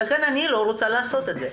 לכן אני לא רוצה לעשות את זה.